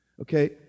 Okay